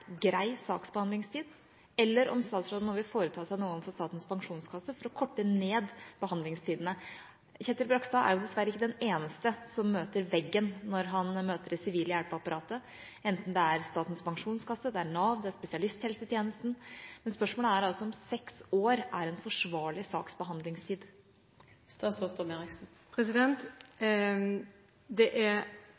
grei saksbehandlingstid, eller om statsråden nå vil foreta seg noe overfor Statens pensjonskasse for å korte ned behandlingstida. Kjetil Bragstad er jo dessverre ikke den eneste som møter veggen når han møter det sivile hjelpeapparatet, enten det er Statens pensjonskasse, Nav eller spesialisthelsetjenesten. Men spørsmålet er altså om seks år er en forsvarlig saksbehandlingstid.